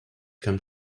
come